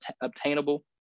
obtainable